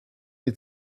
die